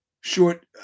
Short